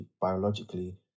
biologically